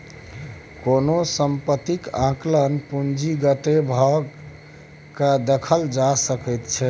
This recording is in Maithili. कोनो सम्पत्तीक आंकलन पूंजीगते भए कय देखल जा सकैत छै